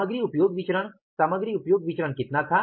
सामग्री उपयोग विचरण सामग्री उपयोग विचरण कितना था